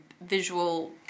visual